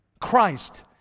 Christ